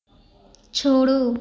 छोड़ो